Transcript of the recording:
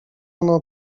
ono